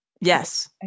Yes